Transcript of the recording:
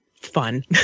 fun